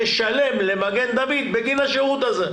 תשלם למד"א בגין השירות הזה.